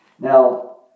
Now